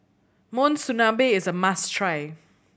monsunabe is a must try